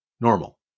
normal